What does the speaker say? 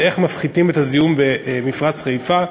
איך מפחיתים את הזיהום במפרץ חיפה.